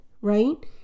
right